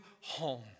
home